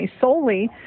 solely